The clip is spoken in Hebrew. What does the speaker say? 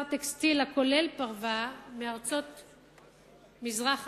טקסטיל הכולל פרווה מארצות מזרח-אסיה,